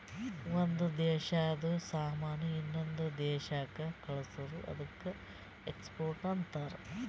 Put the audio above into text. ಒಂದ್ ದೇಶಾದು ಸಾಮಾನ್ ಇನ್ನೊಂದು ದೇಶಾಕ್ಕ ಕಳ್ಸುರ್ ಅದ್ದುಕ ಎಕ್ಸ್ಪೋರ್ಟ್ ಅಂತಾರ್